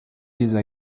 dieser